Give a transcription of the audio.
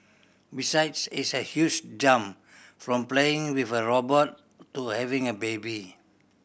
besides it's a huge jump from playing with a robot to having a baby